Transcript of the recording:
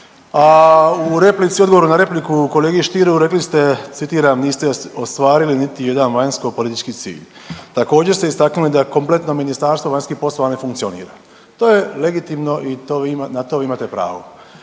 u odgovoru na repliku kolegi Stieru rekli ste, citiram: „Niste ostvarili niti jedan vanjskopolitički cilj.“. Također ste istaknuli da kompletno Ministarstvo vanjskih poslova ne funkcionira. To je legitimno i na to vi imate pravo.